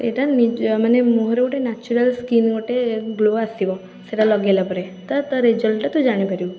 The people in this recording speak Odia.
ସେଇଟା ନି ୟା ମାନେ ମୁହଁର ଗୋଟେ ନାଚୁରାଲ୍ ସ୍କିନ୍ ଗୋଟେ ଗ୍ଲୋ ଆସିବ ସେଇଟା ଲଗେଇଲା ପରେ ତ ତା'ରେଜଲ୍ଟଟା ତୁ ଜାଣିପାରିବୁ